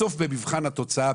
בסוף במבחן התוצאה,